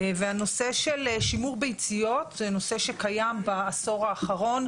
והנושא של שימור ביציות הוא נושא שקיים בעשור האחרון,